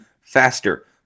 faster